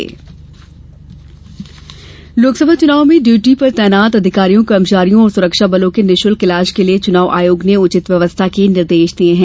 चुनाव निशुल्क इलाज लोकसभा चुनाव में ड्यूटी पर तैनात अधिकारियों कर्मचारियों और सुरक्षा बलों के निशल्क इलाज के लिए चुनाव आयोग ने उचित व्यवस्था के निर्देश दिए हैं